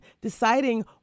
deciding